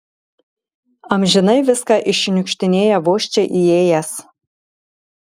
amžinai viską iššniukštinėja vos čia įėjęs